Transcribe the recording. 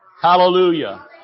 Hallelujah